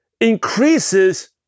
increases